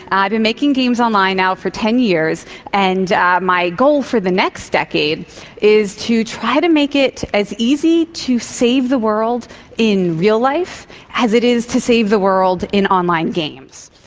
i've been making games online now for ten years and my goal for the next decade is to try to make it as easy to save the world in real life as it is to save the world in online games.